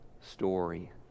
story